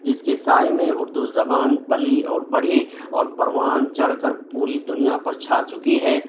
جس کے سائے میں اردو زبان پلی اور بڑھی اور پروان چڑھ کر پوری دنیا پر چھا چکی ہے